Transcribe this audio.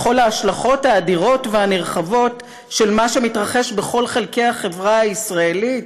לכל ההשלכות האדירות והנרחבות של מה שמתרחש בכל חלקי החברה הישראלית,